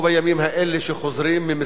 שחוזרים ממסיק הזיתים,